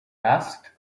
asked